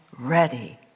Ready